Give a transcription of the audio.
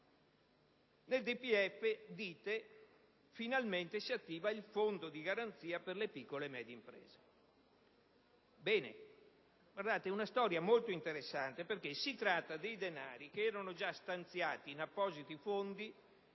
Nel DPEF si dice che finalmente si attiva il fondo di garanzia per le piccole e medie imprese. Bene, è una storia molto interessante perché si tratta dei denari che erano già stati stanziati in appositi fondi